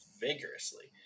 vigorously